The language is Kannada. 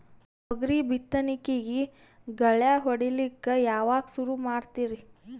ತೊಗರಿ ಬಿತ್ತಣಿಕಿಗಿ ಗಳ್ಯಾ ಹೋಡಿಲಕ್ಕ ಯಾವಾಗ ಸುರು ಮಾಡತೀರಿ?